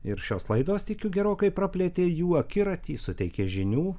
ir šios laidos tikiu gerokai praplėtė jų akiratį suteikė žinių